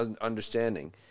understanding